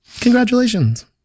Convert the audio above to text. Congratulations